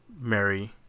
Mary